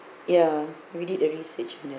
ya we did a research